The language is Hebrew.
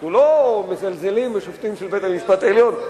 אנחנו לא מזלזלים בשופטים של בית-המשפט העליון.